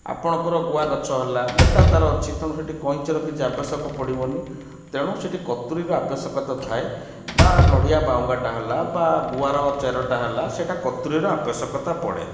ଆପଣଙ୍କର ଗୁଆ ଗଛ ହେଲା ମୋଟା ତା'ର ଅଛି ତେଣୁ ସେଇଠି କଇଁଚିର କିଛି ଆବଶ୍ୟକ ପଡ଼ିବନି ତେଣୁ ସେଇଠି କତୁରୀର ଆବଶ୍ୟକତା ଥାଏ ବା ନଡ଼ିଆ ବାଉଁଗାଟା ହେଲା ବା ଗୁଆର ଚେରଟା ହେଲା ସେଇଟା କତୁରୀର ଆବଶ୍ୟକତା ପଡ଼େ